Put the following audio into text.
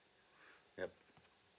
yup